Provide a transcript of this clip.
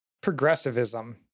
progressivism